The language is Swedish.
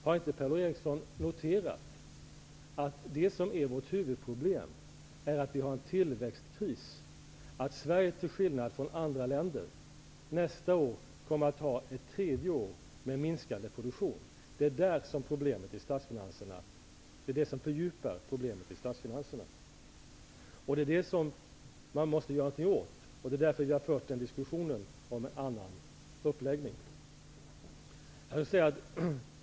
Har inte Per-Ola Eriksson noterat att det som är vårt huvudproblem är att vi har en tillväxtkris i Sverige, till skillnad från i andra länder, blir nästa år det tredje året med minskande produktion? Det är detta som fördjupar problemet i statsfinanserna. Det är detta som man måste göra någonting åt. Det är därför som vi har fört diskussionen om en annan uppläggning.